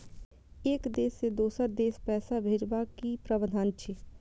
एक देश से दोसर देश पैसा भैजबाक कि प्रावधान अछि??